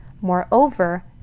Moreover